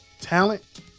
talent